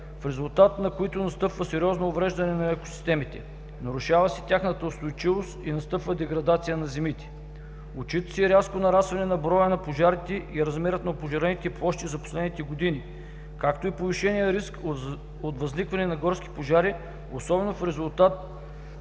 в резултат на които настъпва сериозно увреждане на екосистемите, нарушава се тяхната устойчивост и настъпва деградация на земите. Отчита се рязко нарастване на броя на пожарите и размера на опожарените площи за последните години, както и повишения риск от възникване на горски пожари, особено в резултат